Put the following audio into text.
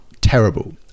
Terrible